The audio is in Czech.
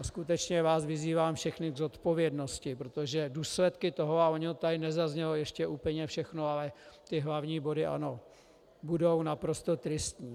A skutečně vás vyzývám všechny k zodpovědnosti, protože důsledky toho, a ono to tady nezaznělo ještě úplně všechno, ale ty hlavní body ano, budou naprosto tristní.